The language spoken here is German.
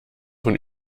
von